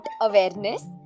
awareness